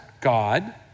God